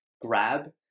Grab